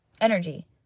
energy